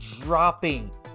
dropping